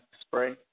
spray